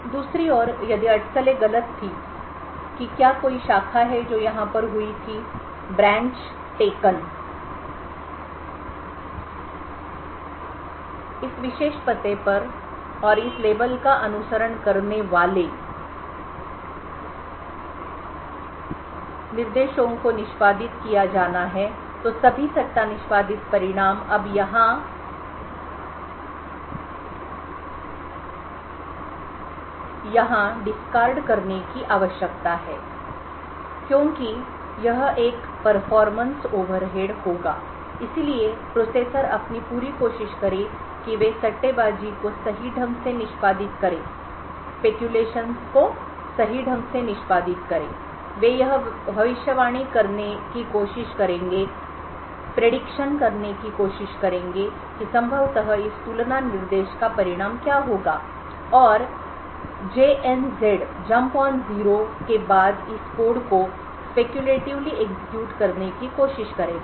दूसरी ओर यदि अटकलें गलत थीं कि क्या कोई शाखा है जो यहाँ पर हुई थीब्रांच टेकन इस विशेष पते पर और इस लेबल का अनुसरण करने वालेलेबल के बाद वाली निर्देशों को निष्पादित किया जाना है तो सभी सट्टा निष्पादित परिणाम अब यहां डिस्कार्ड करने की आवश्यकता है क्योंकि यह एक प्रदर्शन ओवरहेडperformance overhead परफॉर्मेंस ओवरहेड होगा इसलिए प्रोसेसर अपनी पूरी कोशिश करें कि वे सट्टेबाजी को सही ढंग से निष्पादित करें वे यह भविष्यवाणी करने की कोशिश करेंगे कि संभवतः इस तुलना निर्देश का परिणाम क्या होगा और जंप ऑन जीरो के बाद इस कोड को speculatively execute स्पेक्युलेटिव करने की कोशिश करेगा